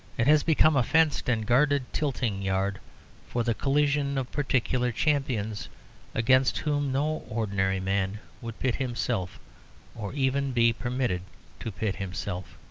it has become a fenced and guarded tilting-yard for the collision of particular champions against whom no ordinary man would pit himself or even be permitted to pit himself.